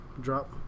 drop